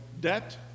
debt